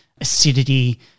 acidity